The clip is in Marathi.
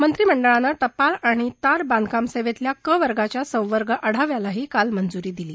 मंत्रीमंडळानं टपाल आणि तार बांधकाम सेवेतल्या क वर्गाच्या संवर्ग आढावाल्याही काल मंजुरी दिली